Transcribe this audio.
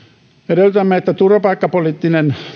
edellytämme että turvapaikkapoliittinen